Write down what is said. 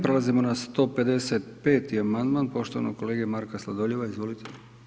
Prelazimo na 155. amandman poštovanog kolege Marka Sladoljeva, izvolite.